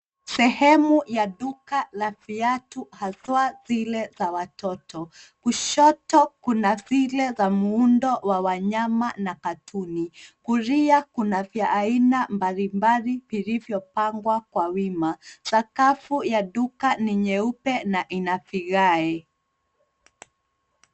Sehemu ya duka la viatu haswaa zile za watoto. Kushoto kuna zile za muundo wa wawanyama na katuni, kulia kuna vya aina mbalimbali vilivyopangwa kwa wima. Sakafu ya duka ni nyeupe na ina vigae.